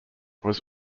was